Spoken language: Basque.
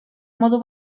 modu